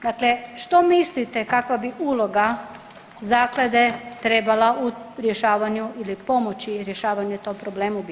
Dakle, što mislite kakva bi uloga zaklade trebala u rješavanju ili pomoći rješavanju tom problemu biti?